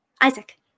Isaac